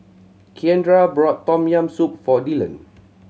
Keandre bought Tom Yam Soup for Dillon